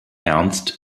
ernst